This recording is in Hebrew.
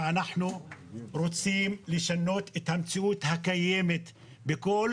ואנחנו רוצים לשנות את המציאות הקיימת בכל